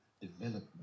development